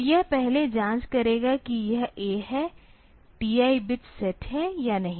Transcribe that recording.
तो यह पहले जांच करेगा कि यह A है TI बिट सेट है या नहीं